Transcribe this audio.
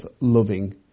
loving